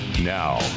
Now